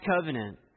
covenant